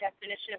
definition